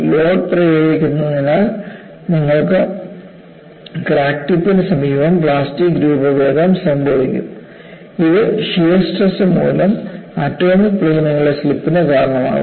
load പ്രയോഗിക്കുന്നതിനാൽ നിങ്ങൾക്ക് crack ടിപ്പിന് സമീപം പ്ലാസ്റ്റിക് രൂപഭേദം സംഭവിക്കും ഇത് ഷിയർ സ്ട്രെസ് മൂലം ആറ്റോമിക് പ്ലെയിനുകളുടെ സ്ലിപ്പിന് കാരണമാകും